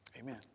Amen